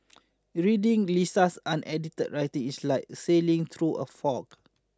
reading Lisa's unedited writings is like sailing through a fog